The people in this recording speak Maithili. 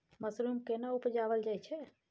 मसरूम केना उबजाबल जाय छै?